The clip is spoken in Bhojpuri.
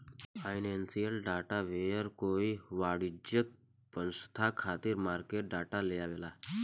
फाइनेंसियल डाटा वेंडर कोई वाणिज्यिक पसंस्था खातिर मार्केट डाटा लेआवेला